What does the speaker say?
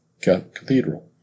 Cathedral